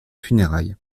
funérailles